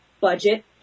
budget